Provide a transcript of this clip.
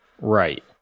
Right